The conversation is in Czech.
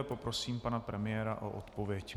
Poprosím pana premiéra o odpověď.